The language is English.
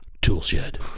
Toolshed